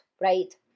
right